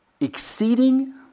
exceeding